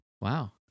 wow